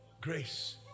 grace